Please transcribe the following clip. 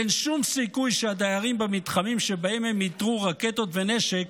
אין שום סיכוי שהדיירים במתחמים שבהם הם איתרו רקטות ונשק